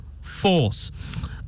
force